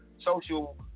social